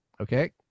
Okay